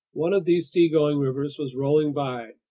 one of these seagoing rivers was rolling by,